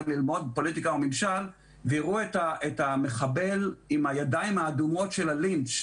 לבוא ללמוד פוליטיקה וממשל והראו את המחבל עם הידיים האדומות של הלינץ',